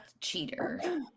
cheater